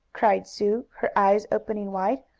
cried sue, her eyes opening wide,